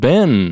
Ben